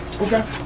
Okay